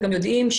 וגם יודעים,